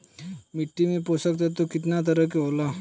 मिट्टी में पोषक तत्व कितना तरह के होला?